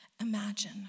Imagine